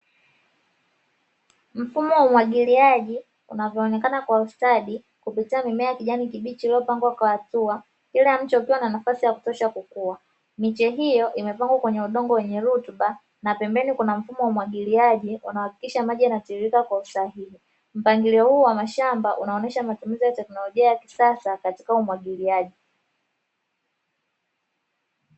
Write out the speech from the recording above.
Mfumo wa umwagiliaji unavoonekana kwa ustadi kupitia mimea ya kijani kibichi iliyopangwa kwa hatua kila mche ukiwa na nafasi ya kutosha kukua. Miche hiyo imepangwa kwenye udongo wenye rutuba na pembeni kuna mfumo wa umwagiliaji unaohakikisha maji yanatiririka kwa usahihi. Mpangilio huu wa mashamba unaonyesha matumizi ya teknolojia ya kisasa katika umwagiliaji.